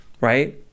right